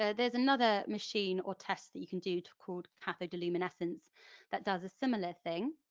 ah there's another machine, or test, that you can do to record cathodoluminescence that does a similar thing,